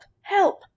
Help